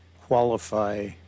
qualify